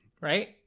right